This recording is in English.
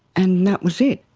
and that was it.